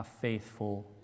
faithful